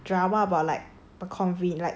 so it's basically a drama about like